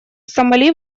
сомали